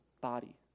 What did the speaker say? body